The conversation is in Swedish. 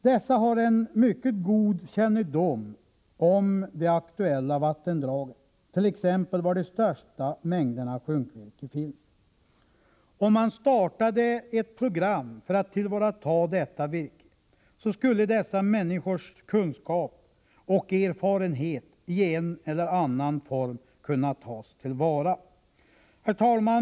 Dessa har en mycket god kännedom om de aktuella vattendragen, t.ex. var de största mängderna sjunkvirke finns. Om man startade ett program för att tillvarata detta virke, skulle dessa människors kunskap och erfarenhet i en eller annan form kunna tas till vara. Herr talman!